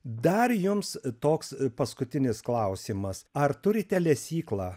dar jums toks paskutinis klausimas ar turite lesyklą